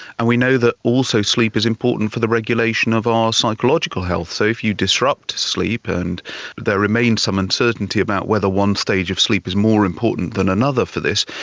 and we know that also sleep is important for the regulation of our psychological health. so if you disrupt sleep, and there remains some uncertainty about whether one stage of sleep is more important than another for this,